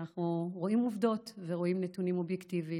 אנחנו רואים עובדות ורואים נתונים אובייקטיביים,